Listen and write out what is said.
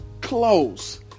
close